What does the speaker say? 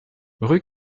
rue